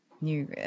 new